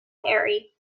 harry